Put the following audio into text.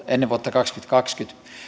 ennen vuotta kaksituhattakaksikymmentä